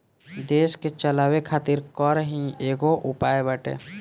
देस के चलावे खातिर कर ही एगो उपाय बाटे